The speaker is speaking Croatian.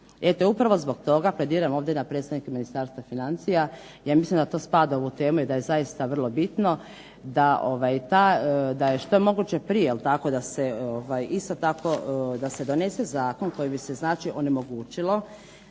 upravo zbog toga plediram ovdje na predstavnike Ministarstva financija. Ja mislim da to spada u ovu temu i da je zaista vrlo bitno da je što je moguće prije, jel' tako da se isto tako da se donese zakon kojim bi se znači onemogućilo